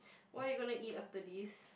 what are you gonna eat after this